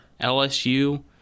lsu